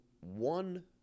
one